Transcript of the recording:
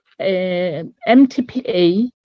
MTPA